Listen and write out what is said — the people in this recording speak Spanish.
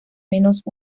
menos